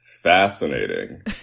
Fascinating